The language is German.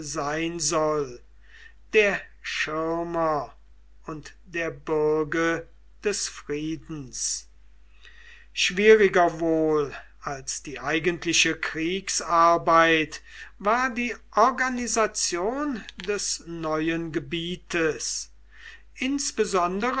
sein soll der schirmer und der bürge des friedens schwieriger wohl als die eigentliche kriegsarbeit war die organisation des neuen gebietes